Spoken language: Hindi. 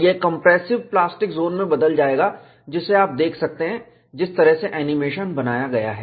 यह कंप्रेसिव प्लास्टिक जोन में बदल जाएगा जिसे आप देख सकते हैं जिस तरह से एनिमेशन बनाया गया है